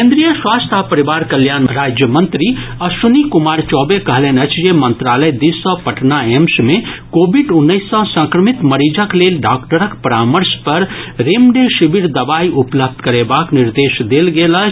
केन्द्रीय स्वास्थ्य आ परिवार कल्याण राज्यमंत्री अश्विनी कुमार चौबे कहलनि अछि जे मंत्रालय दिस सॅ पटना एम्स मे कोविड उन्नैस सॅ संक्रमित मरीजक लेल डॉक्टरक परामर्श पर रेमडेसिवीर दवाई उपलब्ध करेबाक निर्देश देल गेल अछि